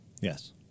Yes